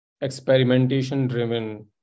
experimentation-driven